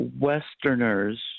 Westerners